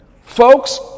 Folks